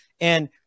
And-